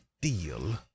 deal